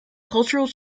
cultural